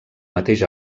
mateix